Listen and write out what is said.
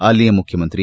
ಅಲ್ಲಿಯ ಮುಖ್ಯಮಂತ್ರಿ